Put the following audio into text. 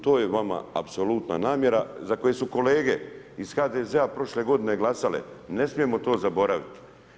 To je vama apsolutna namjera za koji su kolege iz HDZ-a prošle godine glasale, ne smijemo to zaboravit.